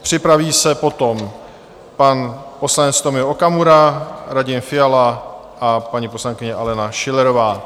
Připraví se potom pan poslanec Tomio Okamura, Radim Fiala a paní poslankyně Alena Schillerová.